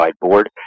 board